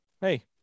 Hey